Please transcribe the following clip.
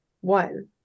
One